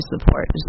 support